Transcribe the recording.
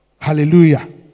Hallelujah